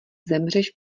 zemřeš